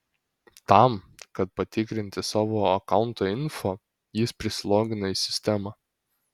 tam kad patikrinti savo akaunto info jis prisilogino į sistemą